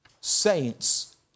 saints